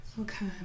okay